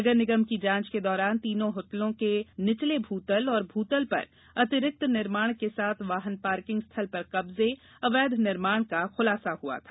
नगर निगम की जांच के दौरान तीनों होटलों के निचले भूतल और भूतल पर अतिरिक्त निर्माण के साथ वाहन पार्किंग स्थल पर कब्जे अवैध निर्माण का खुलासा हुआ था